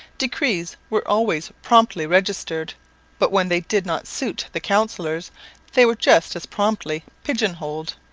decrees were always promptly registered but when they did not suit the councillors they were just as promptly pigeon-holed,